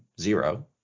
zero